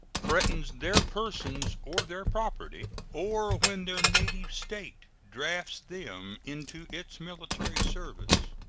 threatens their persons or their property, or when their native state drafts them into its military service,